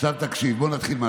תן לנו 30 יום.